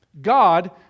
God